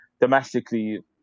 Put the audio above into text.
Domestically